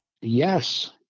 Yes